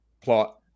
plot